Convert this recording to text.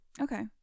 Okay